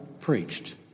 preached